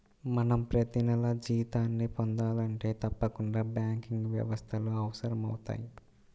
మనం ప్రతినెలా జీతాన్ని పొందాలంటే తప్పకుండా బ్యాంకింగ్ వ్యవస్థలు అవసరమవుతయ్